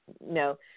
no